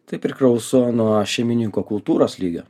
tai priklauso nuo šeimininko kultūros lygio